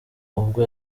ubwo